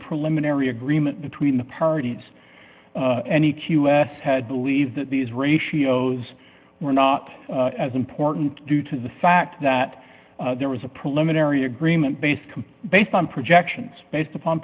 preliminary agreement between the parties and e q s had believed that these ratios were not as important due to the fact that there was a preliminary agreement based based on projections based upon